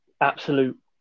absolute